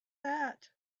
that